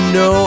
no